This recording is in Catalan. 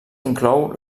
inclou